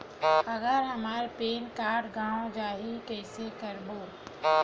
अगर हमर PAN card गवां जाही कइसे करबो?